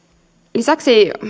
lisäksi